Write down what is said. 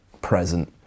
present